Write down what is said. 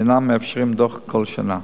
שאינם מאפשרים הפקת דוח כל שנה.